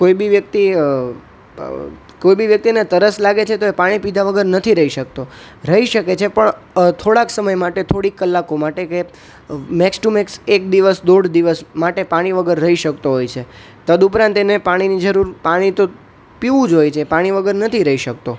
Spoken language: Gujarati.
કોઈ બી વ્યક્તિ કોઈ બી વ્યક્તિને તરસ લાગે છે તો એ પાણી પીધા વગર નથી રહી શકતો રહી શકે છે પણ થોડાંક સમય માટે થોડીક કલાકો માટે કે મેક્સ ટુ મેક્સ એક દિવસ દોઢ દિવસ માટે પાણી વગર રહી શકતો હોય છે તદઉપરાંત એને પાણીની જરૂર પાણી તો પીવું જ હોય છે પાણી વગર નથી રહી શકતો